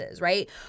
right